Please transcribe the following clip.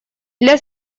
для